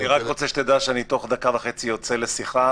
אני רק רוצה שתדע שאני תוך דקה וחצי יוצא לשיחה.